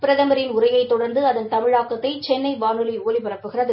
பிரதமரின் உரையைத் தொடர்ந்து அதன் தமிழாக்கத்தை சென்னை வானொலி ஒலிபரப்புகிறது